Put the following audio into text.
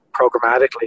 programmatically